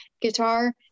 guitar